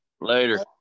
Later